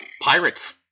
Pirates